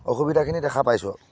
অসুবিধাখিনি দেখা পাইছোঁ আৰু